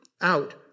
out